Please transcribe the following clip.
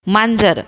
मांजर